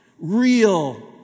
real